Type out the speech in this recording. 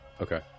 Okay